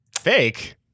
Fake